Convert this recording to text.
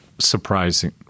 surprising